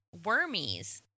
Wormies